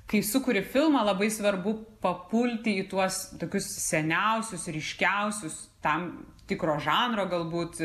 kai sukuri filmą labai svarbu papulti į tuos tokius seniausius ryškiausius tam tikro žanro galbūt